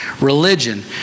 religion